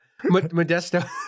Modesto